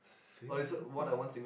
Singapore